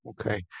okay